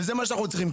וזה מה שאנחנו צריכים,